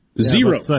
zero